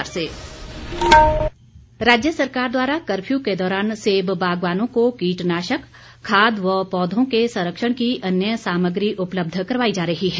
मुख्यमंत्री राज्य सरकार द्वारा कपर्यू के दौरान सेब बागवानों को कीटनाशक खाद व पौधों के संरक्षण की अन्य सामग्री उपलब्ध करवाई जा रही है